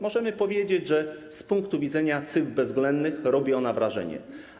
Możemy powiedzieć, że z punktu widzenia cyfr bezwzględnych robi ona wrażenie.